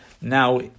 now